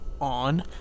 on